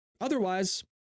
Otherwise